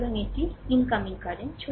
সুতরাং এটি আগত কারেন্ট